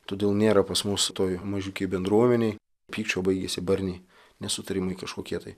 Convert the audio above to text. todėl nėra pas mus toj mažiukėj bendruomenėj pykčio baigėsi barniai nesutarimai kažkokie tai